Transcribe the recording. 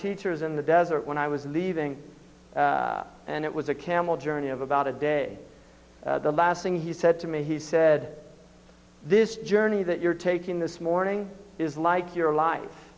teachers in the desert when i was leaving and it was a camel journey of about a day the last thing he said to me he said this journey that you're taking this morning is like your life